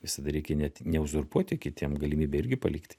visada reikia net neuzurpuoti kitiem galimybę irgi palikti